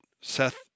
Seth